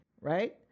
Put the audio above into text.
right